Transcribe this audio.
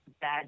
bad